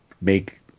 make